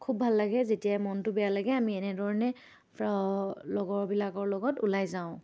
খুব ভাল লাগে যেতিয়া মনটো বেয়া লাগে আমি এনেধৰণে লগৰবিলাকৰ লগত ওলাই যাওঁ